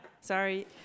Sorry